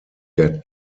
get